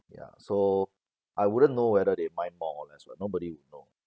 ya so I wouldn't know whether they mine more or less but nobody would know